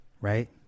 right